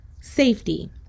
safety